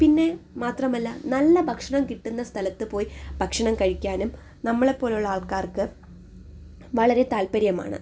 പിന്നെ മാത്രമല്ല നല്ല ഭക്ഷണം കിട്ടുന്ന സ്ഥലത്ത് പോയി ഭക്ഷണം കഴിക്കാനും നമ്മളെപ്പോലുള്ള ആൾക്കാർക്ക് വളരെ താല്പര്യമാണ്